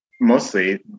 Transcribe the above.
mostly